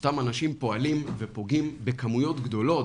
אותם אנשים פועלים ופוגעים בכמויות גדולות,